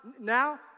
now